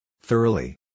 Thoroughly